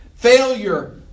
failure